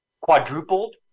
quadrupled